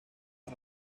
our